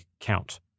count